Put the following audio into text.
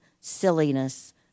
silliness